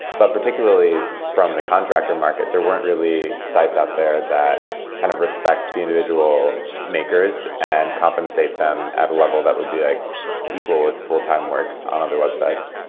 but particularly from the contractor market, there weren't really sites out there that kind of respect the individual makers and compensate them at a level that would be like equal with full-time work on other websites